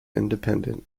independent